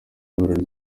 ihuriro